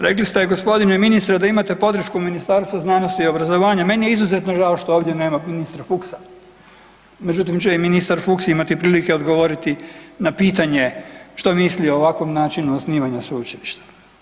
Rekli ste, g. ministre, da imate podršku Ministarstva znanosti i obrazovanja, meni je izuzetno žao što ovdje nema ministra Fuchsa, međutim će i ministar Fuchs imati prilike odgovoriti na pitanje što misli o ovakvom načinu osnivanja sveučilišta.